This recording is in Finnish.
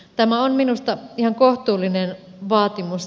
tämä on minusta ihan kohtuullinen vaatimus